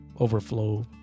overflow